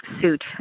suit